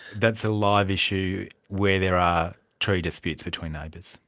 that's a live issue where there are tree disputes between neighbours.